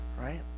right